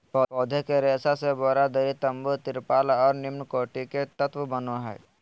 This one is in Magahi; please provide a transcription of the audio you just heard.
पौधे के रेशा से बोरा, दरी, तम्बू, तिरपाल और निम्नकोटि के तत्व बनो हइ